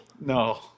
No